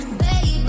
baby